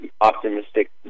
optimistic